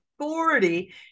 authority